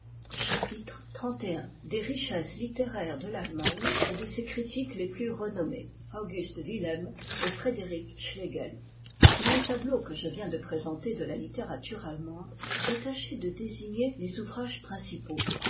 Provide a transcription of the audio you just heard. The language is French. chapitre xxxi des richesses littéraires de ema me et de ses critiques les m rekomtmm august t ae m et frédéric schlegel dans le tableau que je viens de présenter de la littérature allemande j'ai tâché de désigner les ouvrages principaux